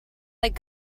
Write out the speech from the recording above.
like